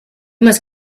must